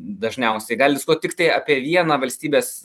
dažniausiai gali diskuot tiktai apie vieną valstybės